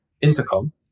Intercom